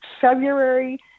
February